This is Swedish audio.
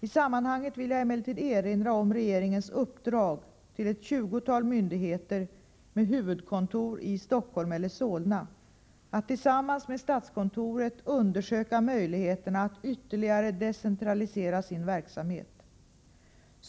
I sammanhanget vill jag emellertid erinra om regeringens uppdrag till ett tjugotal myndigheter med huvudkontor i Stockholm eller Solna att tillsammans med statskontoret undersöka möjligheterna att ytterligare decentralisera sin verksamhet.